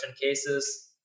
cases